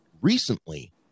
recently